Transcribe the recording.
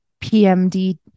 PMD